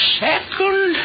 second